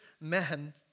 men